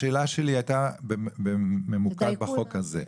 השאלה שלי הייתה בממוקד בחוק הזה.